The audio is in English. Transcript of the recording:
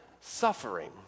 suffering